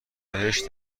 بهش